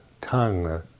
tongue